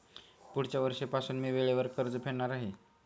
पुढच्या वर्षीपासून मी वेळेवर कर्ज फेडणार आहे